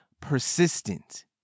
persistent